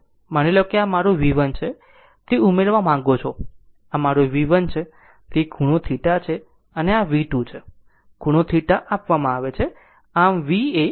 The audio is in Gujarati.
માની લો કે આ મારું V1 છે તે ઉમેરવા માગો છો આ મારું V1 છે તે ખૂણો θ છે અને આV2 છે અને ખૂણો θ2 આપવામાં આવે છે